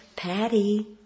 Patty